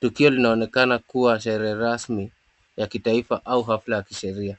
Tukio linaonekana kuwa sehere rasmi ya kitaifa au hafla ya kisheria.